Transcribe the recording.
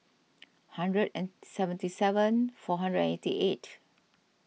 hundred seventy seven four hundred eighty eight